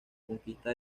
conquista